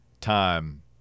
time